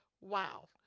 Wow